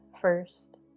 first